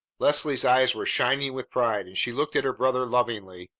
leslie's eyes were shining with pride, and she looked at her brother lovingly.